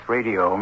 Radio